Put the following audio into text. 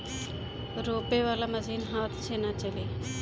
रोपे वाला मशीन हाथ से ना चली